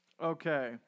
Okay